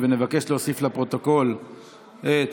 נבקש להוסיף לפרוטוקול את